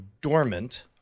dormant